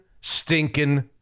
stinking